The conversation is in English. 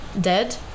dead